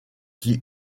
qui